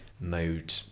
mode